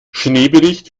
schneebericht